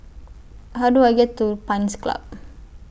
How Do I get to Pines Club